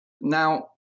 Now